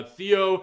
Theo